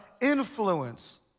influence